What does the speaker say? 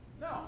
No